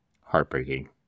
heartbreaking